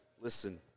listen